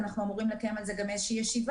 אנחנו אמורים לקיים על זה גם איזו ישיבה,